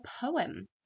poem